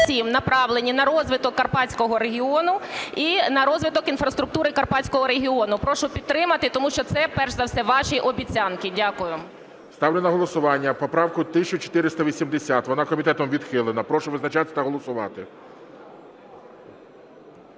1667 направлені на розвиток Карпатського регіону і на розвиток інфраструктури Карпатського регіону. Прошу підтримати, тому що це перш за все ваші обіцянки. Дякую. ГОЛОВУЮЧИЙ. Ставлю на голосування поправку 1480. Вона комітетом відхилена. Прошу визначатись та голосувати.